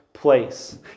place